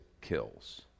kills